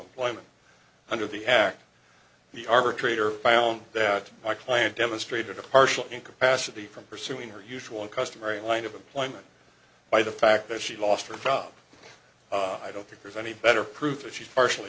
employment under the act the arbitrator found that my client demonstrated a partial incapacity from pursuing her usual and customary line of employment by the fact that she lost her job i don't think there's any better proof that she's partially